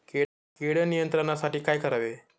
कीड नियंत्रणासाठी काय करावे?